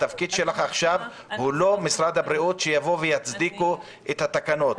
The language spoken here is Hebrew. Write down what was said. התפקיד שלך עכשיו הוא לא משרד הבריאות שיבואו ויצדיקו את התקנות.